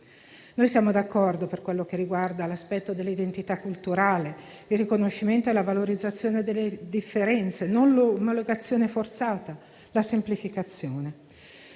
Noi siamo d'accordo per quello che riguarda l'aspetto dell'identità culturale, il riconoscimento e la valorizzazione delle differenze (non l'omologazione forzata), la semplificazione.